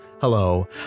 Hello